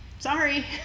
sorry